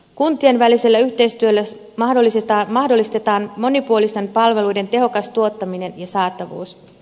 kuntien välisellä yhteistyöllä mahdollistetaan monipuolisten palveluiden tehokas tuottaminen ja saatavuus